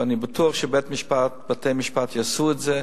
ואני בטוח שבתי-המשפט יעשו את זה,